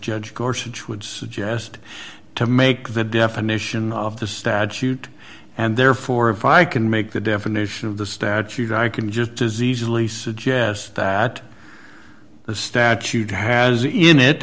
judge gorsuch would suggest to make the definition of the statute and therefore if i can make the definition of the statute i can just as easily suggest that statute has unit